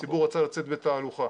הציבור רצה לצאת בתהלוכה,